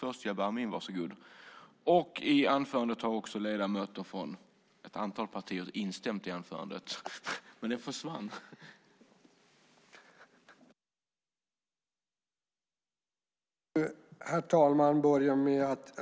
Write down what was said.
Yvonne Andersson .